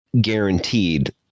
guaranteed